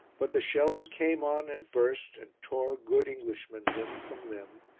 but the shells came on and burst, and tore good englishmen limb from limb,